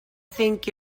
think